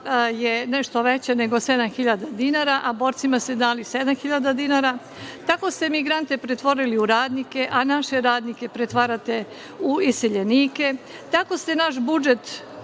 je nešto veća nego 7.000 dinara, a borcima ste dali 7.000 dinara, tako ste migrante pretvorili u radnike, a naše radnike pretvarate u iseljenike, tako ste naš budžet